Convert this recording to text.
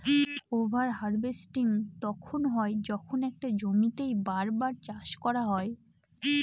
over harvesting তখন হয় যখন একটা জমিতেই বার বার চাষ করা হয়